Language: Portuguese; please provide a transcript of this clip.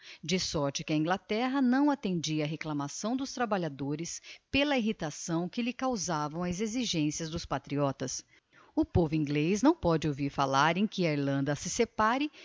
de sorte que a inglaterra não attendia á reclamação dos trabalhadores pela irritação que lhe causavam as exigencias dos patriotas o povo inglez não póde ouvir fallar em que a irlanda se separe